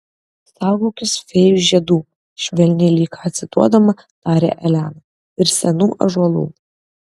saugokis fėjų žiedų švelniai lyg ką cituodama tarė elena ir senų ąžuolų